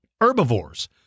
herbivores